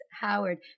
Howard